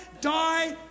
die